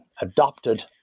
adopted